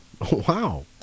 Wow